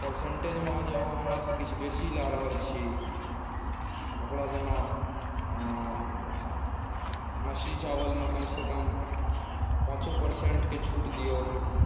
परसेन्टेजमे जे अहाँ हमरासँ किछु बेसी लऽ रहल छी ओकरा जेना मछली चावलमे कम से कम पाँचो परसेन्टकेँ छूट दियौ